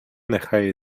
нехай